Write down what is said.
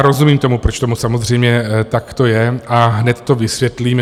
Rozumím tomu, proč tomu samozřejmě takto je, a hned to vysvětlím.